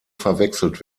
verwechselt